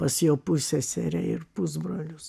pas jo pusseserę ir pusbrolius